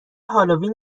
هالوین